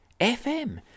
FM